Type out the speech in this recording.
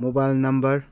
mobile number